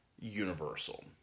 Universal